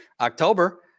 October